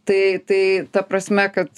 tai tai ta prasme kad